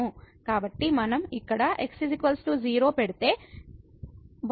కాబట్టి మనం ఇక్కడ x 0 పెడితే